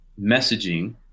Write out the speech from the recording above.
messaging